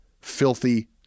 filthy